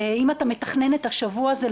אם אתה מתכנן את השבוע הזה,